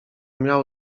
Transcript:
miał